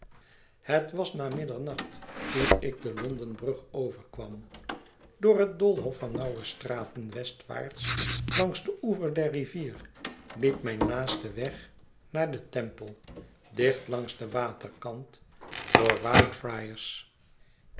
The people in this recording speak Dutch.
het was na middernacht toen ik de londenbrug overkwam door het doolhof van nauwe straten westwaarts langs den oever der rivier liep mijn naaste weg naar den temple dicht langs den waterkant door